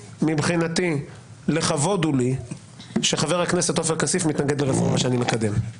מבחינתי לכבוד הוא לי שחבר הכנסת עופר כסיף מתנגד לרפורמה שאני מקדם.